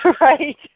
right